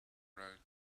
wrote